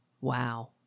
Wow